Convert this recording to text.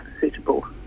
suitable